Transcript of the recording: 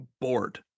bored